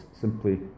simply